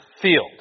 field